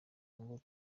ngo